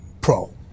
pro